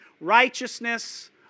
righteousness